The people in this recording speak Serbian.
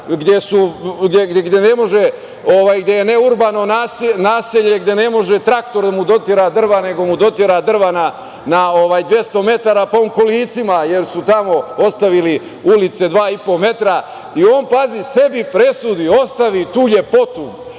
grada, gde je ne urbano naselje, gde ne može traktor da mu dotera drva, nego mu dotera drva na 200 metara pa on kolicima, jer su tamo ostavili ulice dva i po metra. On, pazite, sebi presudi, ostavi tu lepotu